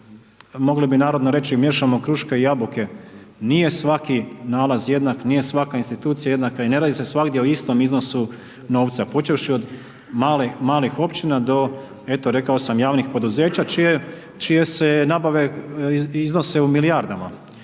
mogli bi narodno reći „miješamo kruške i jabuke“, nije svaki nalaz jednak, nije svaka institucija jednaka i ne radi se svagdje o istom iznosu novca počevši od malih općina do eto rekao sam javnih poduzeća čije se nabave iznose u milijardama.